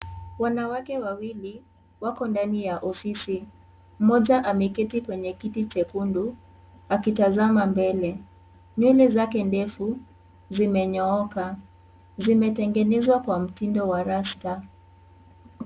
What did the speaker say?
Wanawake wawili, wako ndani ya ofisi. Mmoja ameketi kwenye kiti chekundu akitazama mbele. Nywele zake ndefu zimenyooka. Zimetengenezwa kwa mtindo wa rasta.